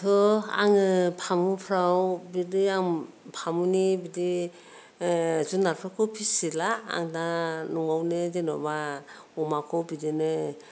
दाथ' आङो फामुफोराव बिदि आं फामुनि बिदि जुनारफोरखौ फिसिला आं दा न'आवनो जेनेबा अमाखौ बिदिनो